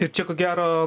ir čia ko gero